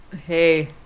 hey